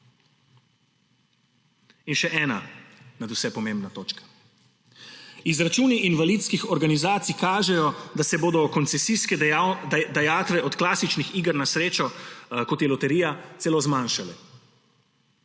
Še ena nadvse pomembna točka. Izračuni invalidskih organizacij kažejo, da se bodo koncesijske dajatve od klasičnih iger na srečo, kot je loterija, celo zmanjšale.